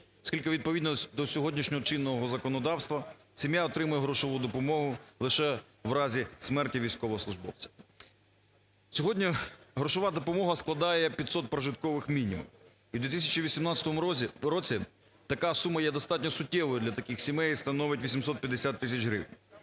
оскільки відповідно до сьогоднішнього чинного законодавства сім'я отримує грошову допомогу лише в разі смерті військовослужбовця. Сьогодні грошова допомога складає 500 прожиткових мінімумів і в 2018 році така сума є достатньо суттєвою для таких сімей і становить 850 тисяч гривень.